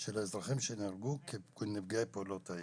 שנהרגו כנפגעי פעולות איבה.